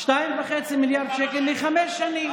2.5 מיליארד שקל לחמש שנים.